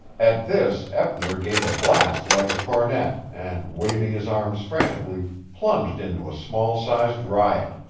at this eppner gave a blast like a cornet, and, waving his arms frantically, plunged into a small-sized riot.